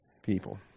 People